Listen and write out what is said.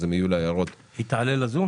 ואם יהיו לה הערות אני --- היא תהיה בזום?